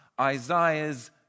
Isaiah's